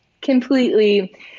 completely